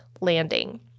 landing